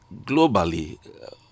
Globally